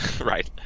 right